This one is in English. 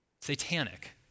Satanic